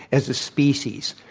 as a species.